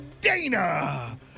Dana